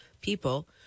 people